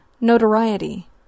notoriety